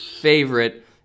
favorite